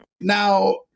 Now